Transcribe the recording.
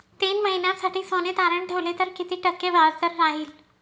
तीन महिन्यासाठी सोने तारण ठेवले तर किती टक्के व्याजदर राहिल?